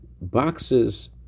boxes